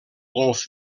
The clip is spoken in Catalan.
golf